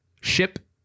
ship